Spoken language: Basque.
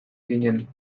ginen